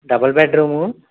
double bedroom